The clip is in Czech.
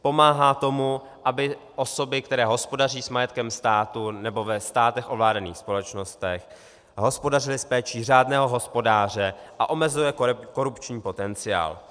Pomáhá tomu, aby osoby, které hospodaří s majetkem státu nebo ve státech ovládaných společnostech, hospodařily s péčí řádného hospodáře, a omezuje korupční potenciál.